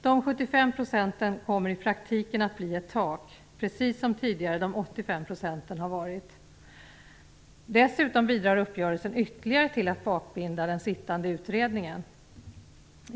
De 75 procenten kommer i praktiken att bli ett tak, precis som de 85 procenten tidigare har varit. Dessutom bidrar uppgörelsen till att ytterligare bakbinda den sittande utredningen.